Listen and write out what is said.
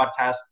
podcast